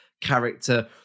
character